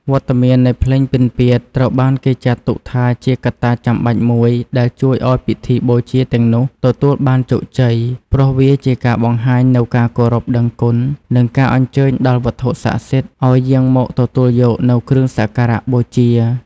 វត្តមាននៃភ្លេងពិណពាទ្យត្រូវបានគេចាត់ទុកថាជាកត្តាចាំបាច់មួយដែលជួយឱ្យពិធីបូជាទាំងនោះទទួលបានជោគជ័យ ព្រោះវាជាការបង្ហាញនូវការគោរពដឹងគុណ និងការអញ្ជើញដល់វត្ថុស័ក្តិសិទ្ធិឱ្យយាងមកទទួលយកនូវគ្រឿងសក្ការបូជា។